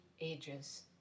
ages